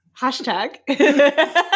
Hashtag